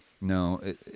No